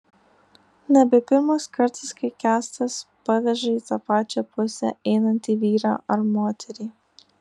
nebe pirmas kartas kai kęstas paveža į tą pačią pusę einantį vyrą ar moterį